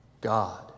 God